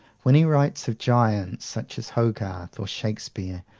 when he writes of giants, such as hogarth or shakespeare,